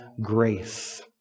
grace